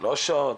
בשלוש שעות,